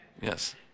Yes